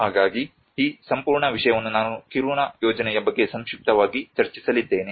ಹಾಗಾಗಿ ಈ ಸಂಪೂರ್ಣ ವಿಷಯವನ್ನು ನಾನು ಕಿರುನಾ ಯೋಜನೆಯ ಬಗ್ಗೆ ಸಂಕ್ಷಿಪ್ತವಾಗಿ ಚರ್ಚಿಸಲಿದ್ದೇನೆ